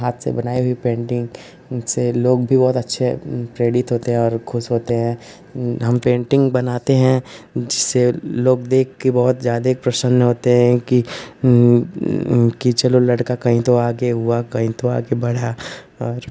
हाथ से बनाई हुई पेन्टिन्ग इनसे लोग भी बहुत अच्छे प्रेरित होते हैं और खुश होते हैं हम पेन्टिन्ग बनाते हैं जिसे लोग देखकर बहुत ज़्यादा प्रसन्न होते हैं कि कि चलो लड़का कहीं तो आगे हुआ कहीं तो आगे बढ़ा और